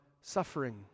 suffering